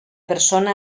persona